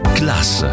class